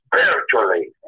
spiritually